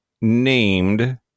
named